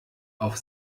auf